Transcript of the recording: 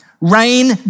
Rain